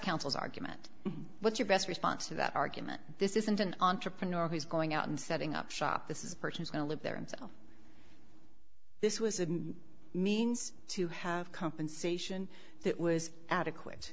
council's argument what's your best response to that argument this isn't an entrepreneur who's going out and setting up shop this is a person is going to live there and this was a means to have compensation that was adequate